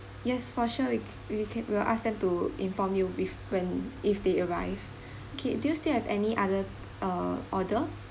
yes for sure we we can we'll ask them to inform you with when if they arrive okay do you still have any other uh order